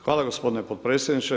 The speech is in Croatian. Hvala gospodine potpredsjedniče.